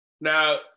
Now